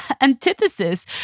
antithesis